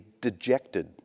dejected